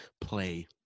play